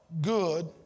good